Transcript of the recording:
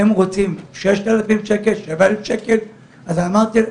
הם רוצים 6,000-7,000 שקלים אז אני אמרתי להם,